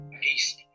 peace